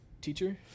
teacher